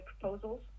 proposals